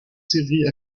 séries